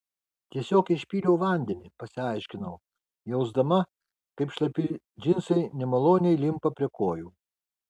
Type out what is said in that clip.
tiesiog išpyliau vandenį pasiaiškinau jausdama kaip šlapi džinsai nemaloniai limpa prie kojų